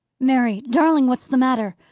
mary! darling! what's the matter?